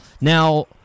Now